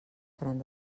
faran